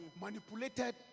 manipulated